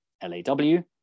L-A-W